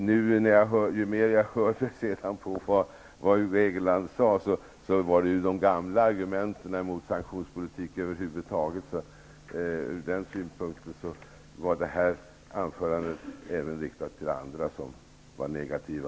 Ju mer jag lyssnade till det som Hugo Hegeland sade kunde jag notera att det var de gamla argumenten mot sanktionspolitik över huvud taget som han framförde. Från den synpunkten sett var det här anförandet även riktat till andra som nu var negativa.